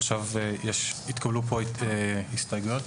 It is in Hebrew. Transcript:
עכשיו התגלו פה הסתייגויות.